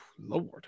Lord